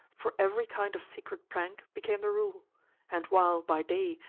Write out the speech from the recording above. for every kind of secret prank became the rule and while, by day,